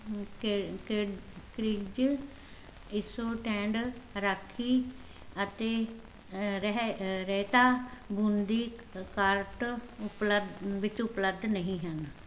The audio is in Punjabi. ਕਿ ਕਿ ਕਰਿਡਜ਼ ਇਸੋਟੈਡ ਰਾਖੀ ਅਤੇ ਰਿਹਾ ਰਾਇਤਾ ਬੂੰਦੀ ਕਾਰਟ ਉਪਲ ਵਿੱਚ ਉਪਲੱਬਧ ਨਹੀਂ ਹਨ